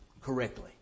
correctly